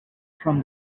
from